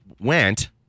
went